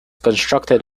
constructed